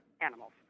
animals